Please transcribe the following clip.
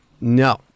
No